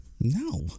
No